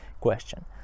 question